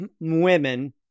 women